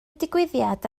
digwyddiad